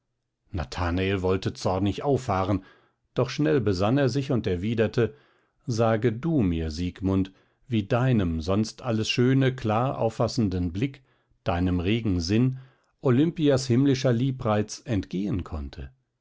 nathanael wollte zornig auffahren doch schnell besann er sich und erwiderte sage du mir siegmund wie deinem sonst alles schöne klar auffassenden blick deinem regen sinn olimpias himmlischer liebreiz entgehen konnte